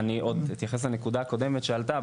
אני עוד אתייחס לנקודה הקודמת שעלתה,